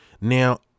now